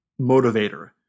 motivator